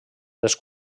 les